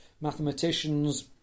mathematicians